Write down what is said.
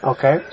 Okay